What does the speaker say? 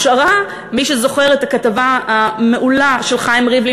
מי שזוכר את הכתבה המעולה של חיים ריבלין